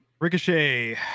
Ricochet